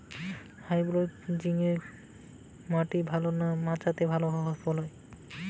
Hybrid ঝিঙ্গা মাটিতে ভালো না মাচাতে ভালো ফলন?